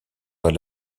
dans